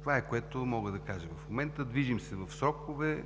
Това е, което мога да кажа в момента. Движим се в срокове.